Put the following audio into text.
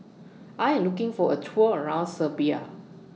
I Am looking For A Tour around Serbia